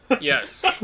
yes